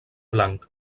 blanc